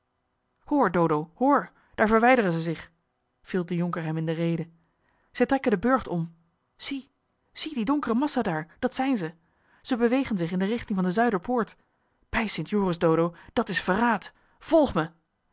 dodo hoor daar verwijderen zij zich viel de jonker hem in de rede zij trekken den burcht om zie zie die donkere massa daar dat zijn ze ze bewegen zich in de richting van de zuiderpoort bij st joris dodo dat is verraad volg me